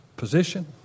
position